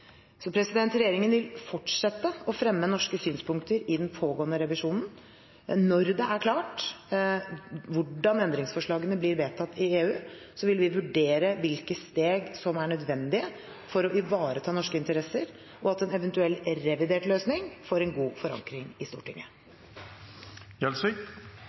Regjeringen vil fortsette å fremme norske synspunkter i den pågående revisjonen. Når det er klart hvordan endringsforslagene blir vedtatt i EU, vil vi vurdere hvilke steg som er nødvendige for å ivareta norske interesser, og at en eventuell revidert løsning får en god forankring i